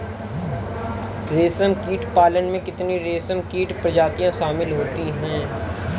रेशमकीट पालन में कितनी रेशमकीट प्रजातियां शामिल होती हैं?